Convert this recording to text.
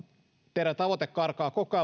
teidän tavoitteenne karkaa koko